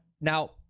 now